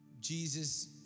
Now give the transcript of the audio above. Jesus